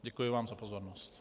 Děkuji vám za pozornost.